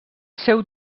seu